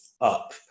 up